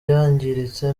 yangiritse